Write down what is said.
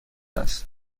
است